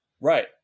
Right